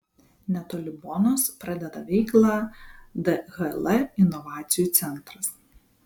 netoli bonos pradeda veiklą dhl inovacijų centras